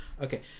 Okay